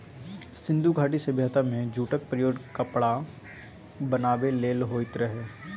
सिंधु घाटी सभ्यता मे जुटक प्रयोग कपड़ा बनाबै लेल होइत रहय